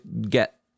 get